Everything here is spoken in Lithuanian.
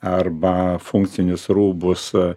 arba funkcinius rūbus